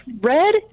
red